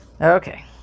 okay